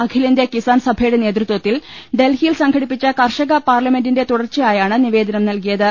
അഖിലേന്ത്യ കിസാൻ സഭയുടെ നേതൃത്വത്തിൽ ഡൽഹിയിൽ സംഘടിപ്പിച്ച ക്ർഷക പാർലമെന്റിന്റെ തുടർച്ചയായാണ് നിവേദനം നൽകിയത്